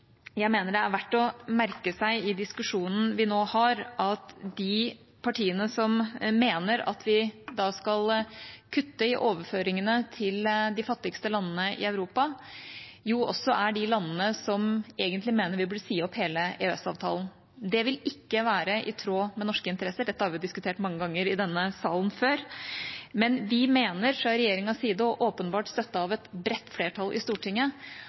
Jeg mener det er verdt å merke seg i diskusjonen vi nå har, at de partiene som mener at vi skal kutte i overføringene til de fattigste landene i Europa, jo også er de partiene som mener vi egentlig burde si opp hele EØS-avtalen. Det vil ikke være i tråd med norske interesser. Dette har vi diskutert mange ganger før i denne salen. Men vi mener fra regjeringas side, og åpenbart støttet av et bredt flertall i Stortinget,